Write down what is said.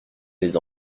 les